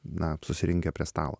na susirinkę prie stalo